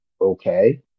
okay